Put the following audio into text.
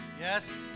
Yes